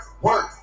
work